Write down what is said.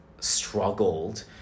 struggled